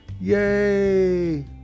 yay